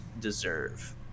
deserve